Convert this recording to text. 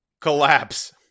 collapse